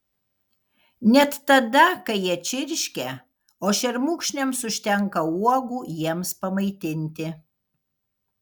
net tada kai jie čirškia o šermukšniams užtenka uogų jiems pamaitinti